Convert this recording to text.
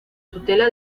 tutela